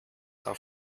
auf